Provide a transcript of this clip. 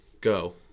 Go